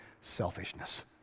selfishness